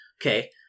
Okay